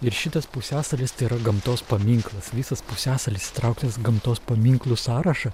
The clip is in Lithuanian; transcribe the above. ir šitas pusiasalis tai yra gamtos paminklas visas pusiasalis įtrauktas į gamtos paminklų sąrašą